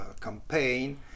campaign